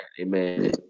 Amen